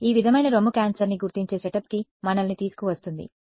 ఈ విధమైన రొమ్ము క్యాన్సర్ని గుర్తించే సెటప్కి మనల్ని తీసుకువస్తుంది సరే